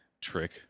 trick